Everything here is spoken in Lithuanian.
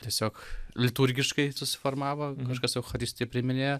tiesiog liturgiškai susiformavo kažkas eucharistiją priiminėjo